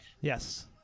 yes